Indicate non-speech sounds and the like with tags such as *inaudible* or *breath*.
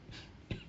*breath* *coughs*